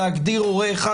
להגדיר הורה אחד,